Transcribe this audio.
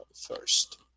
first